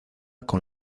con